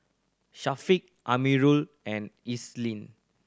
Syafiqah Amirul and Islin